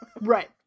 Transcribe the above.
Right